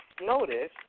notice